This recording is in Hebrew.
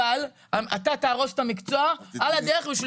אבל אתה תהרוס את המקצוע על הדרך בשביל